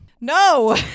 no